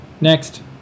Next